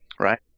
Right